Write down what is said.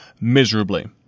miserably